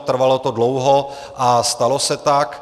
Trvalo to dlouho a stalo se tak.